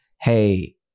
hey